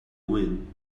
wind